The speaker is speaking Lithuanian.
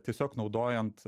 tiesiog naudojant